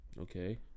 Okay